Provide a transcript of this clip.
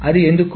అది ఎందుకు